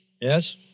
Yes